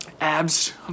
Abs